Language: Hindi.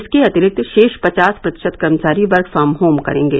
इसके अतिरिक्त शेष पचास प्रतिशत कर्मचारी वर्क फॉम होम करेंगे